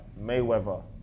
Mayweather